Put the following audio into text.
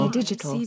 digital